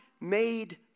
made